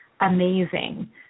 amazing